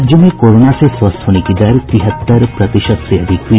राज्य में कोरोना से स्वस्थ होने की दर तिहत्तर प्रतिशत से अधिक हुई